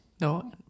no